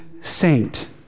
saint